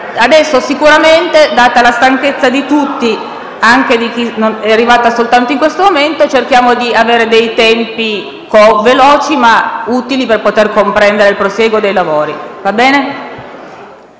rimane agli atti. Data la stanchezza di tutti e anche di chi è arrivato soltanto in questo momento, cerchiamo di procedere con tempi veloci ma utili per poter comprendere il prosieguo dei lavori.